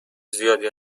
زیادی